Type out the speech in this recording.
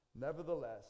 Nevertheless